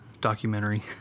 documentary